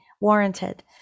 warranted